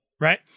Right